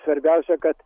svarbiausia kad